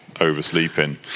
oversleeping